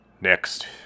Next